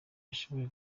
ashobora